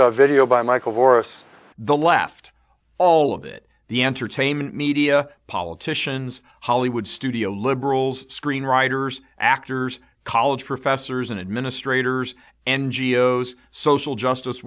this video by michael morris the left all of it the entertainment media politicians hollywood studio liberals screenwriters actors college professors and administrators n g o s social justice